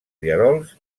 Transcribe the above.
rierols